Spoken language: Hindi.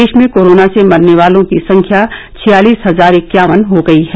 देश में कोरोना से मरने वालों की संख्या छियालिस हजार इक्यावन हो गई है